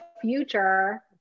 future